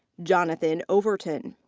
jonathan overton.